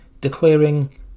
declaring